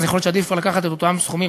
ויכול להיות שעדיף לקחת את אותם סכומים,